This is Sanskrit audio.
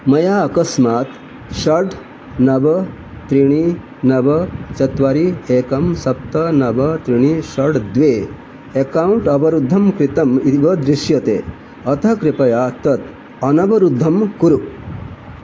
मया अकस्मात् षड् नव त्रीणि नव चत्वारि एकं सप्त नव त्रीणि षट् द्वे अकौण्ट् अवरुद्धं कृतम् इव दृश्यते अतः कृपया तत् अनवरुद्धं कुरु